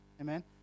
Amen